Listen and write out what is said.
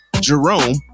Jerome